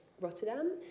Rotterdam